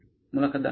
मुलाखतदार होय